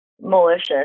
malicious